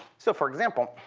so for example,